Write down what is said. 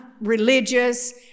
religious